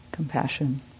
compassion